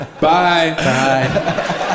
Bye